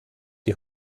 die